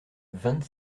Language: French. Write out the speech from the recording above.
vingt